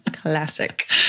Classic